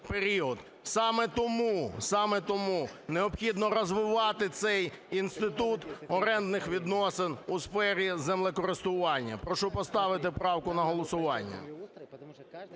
саме тому необхідно розвивати цей інститут орендних відносин у сфері землекористування. Прошу поставити правку на голосування.